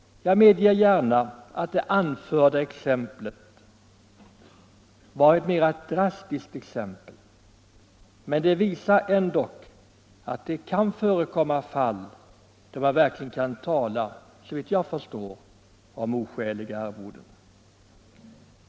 Jag medger gärna att det anförda exemplet var drastiskt, — m.m. men det visar ändock att det förekommer fall då man verkligen kan tala om oskäliga arvoden.